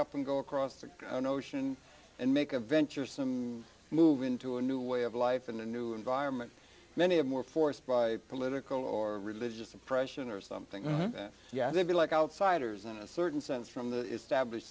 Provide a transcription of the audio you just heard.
up and go across the ocean and make a venture some move into a new way of life in a new environment many of more forced by political or religious oppression or something yeah a bit like outsiders in a certain sense from the established